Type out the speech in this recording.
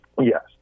Yes